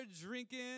drinking